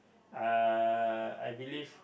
uh I believe